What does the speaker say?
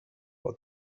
what